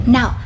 Now